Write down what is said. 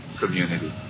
community